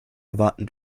erwarten